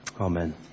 Amen